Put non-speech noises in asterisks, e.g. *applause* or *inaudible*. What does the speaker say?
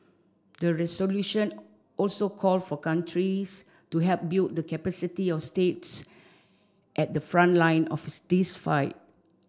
the resolution also call for countries to help build the capacity of states at the front line of *unintelligible* this fight